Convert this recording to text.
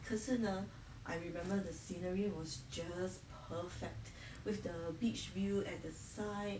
可是呢 I remember the scenery was just perfect with the beach view at the side